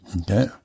okay